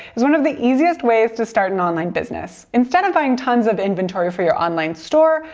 is one of the easiest ways to start an online business. instead of buying tons of inventory for your online store,